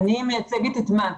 אני מייצגת את מקס,